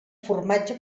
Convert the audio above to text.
formatge